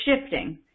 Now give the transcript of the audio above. shifting